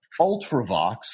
Ultravox